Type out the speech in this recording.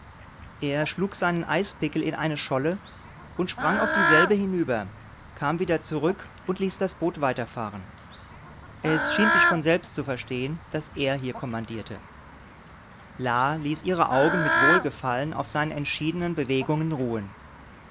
er schlug seinen eispickel in eine scholle und sprang auf dieselbe hinüber kam wieder zurück und ließ das boot weiterfahren es schien sich von selbst zu verstehen daß er hier kommandierte la ließ ihre augen mit wohlgefallen auf seinen entschiedenen bewegungen ruhen